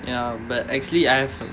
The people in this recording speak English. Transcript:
ya but actually I have